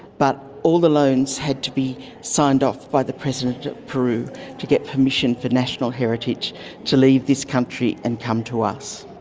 but all the loans had to be signed off by the president of peru to get permission for national heritage to leave this country and come to us.